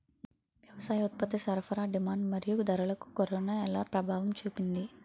వ్యవసాయ ఉత్పత్తి సరఫరా డిమాండ్ మరియు ధరలకు కరోనా ఎలా ప్రభావం చూపింది